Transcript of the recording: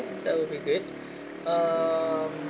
that will be great um